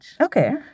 Okay